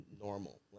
normal